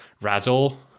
Razzle